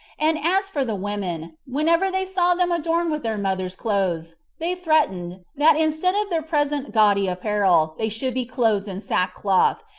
and as for the women, whenever they saw them adorned with their mother's clothes, they threatened, that instead of their present gaudy apparel, they should be clothed in sackcloth,